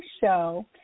show